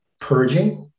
purging